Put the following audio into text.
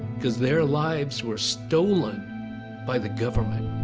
because their lives were stolen by the government.